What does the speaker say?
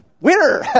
Winner